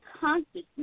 consciousness